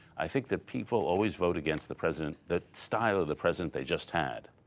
i think that people always vote against the president the style of the president they just had.